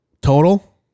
Total